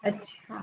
अच्छा